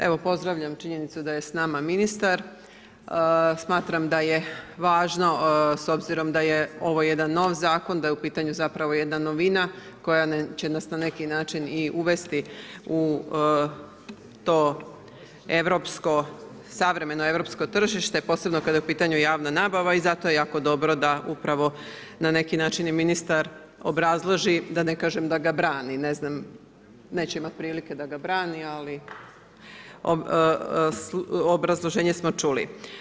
Evo pozdravljam činjenicu da je s nama ministar, smatram da je važno s obzirom da je ovo jedan nov zakon, da je u pitanju zapravo jedna novina koja će nas na neki način i uvesti u to savremeno Europsko tržište, posebno kada je u pitanju javna nabava i zato je jako dobro da upravo na neki način i ministar obrazloži, da ne kažem da ga brani, neće imat prilike da ga brani, ali obrazloženje smo čuli.